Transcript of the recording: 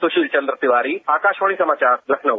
सुशील चंद्र तिवारी आकाशवाणी समाचार लखनऊ